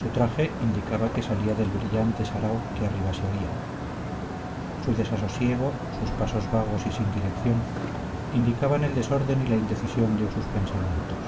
su traje indicaba que salía del brillante sarao que arriba se oía su desasosiego sus pasos vagos y sin dirección indicaban el desorden y la indecisión de sus pensamientos